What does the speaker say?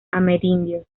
amerindios